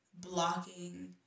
blocking